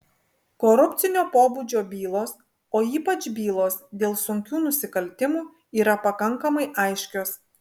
korupcinio pobūdžio bylos o ypač bylos dėl sunkių nusikaltimų yra pakankamai aiškios